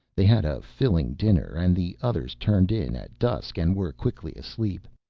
they had a filling dinner and the others turned in at dusk and were quickly asleep.